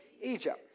Egypt